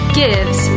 gives